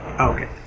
Okay